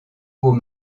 haut